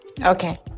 Okay